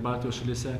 baltijos šalyse